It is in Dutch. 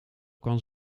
kan